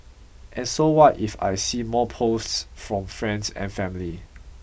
and so what if I see more posts from friends and family